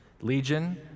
Legion